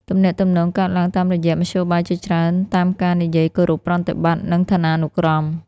ទំនាក់ទំនងកើតឡើងតាមរយៈមធ្យោបាយជាច្រើន តាមការនិយាយគោរពប្រតិបត្តិ និងឋានានុក្រម។